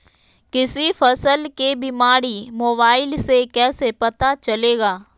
किसी फसल के बीमारी मोबाइल से कैसे पता चलेगा?